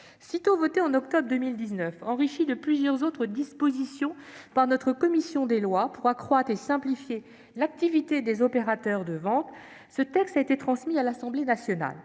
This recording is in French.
Sitôt voté en octobre 2019, enrichi de plusieurs autres dispositions par notre commission des lois pour accroître et simplifier l'activité des opérateurs de ventes, ce texte a été transmis à l'Assemblée nationale.